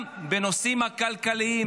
גם בנושאים הכלכליים,